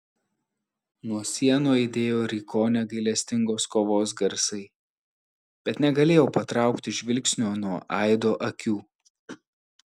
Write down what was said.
nuo sienų aidėjo ryko negailestingos kovos garsai bet negalėjau patraukti žvilgsnio nuo aido akių